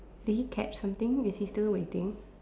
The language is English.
did he catch something is he still waiting